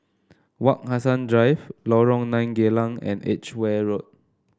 Wak Hassan Drive Lorong Nine Geylang and Edgeware Road